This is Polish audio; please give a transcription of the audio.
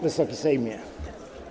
Wysoki Sejmie!